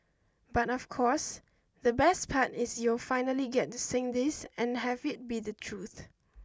but of course the best part is you'll finally get to sing this and have it be the truth